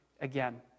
again